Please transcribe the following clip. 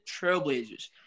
Trailblazers